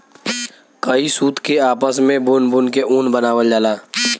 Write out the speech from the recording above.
कई सूत के आपस मे बुन बुन के ऊन बनावल जाला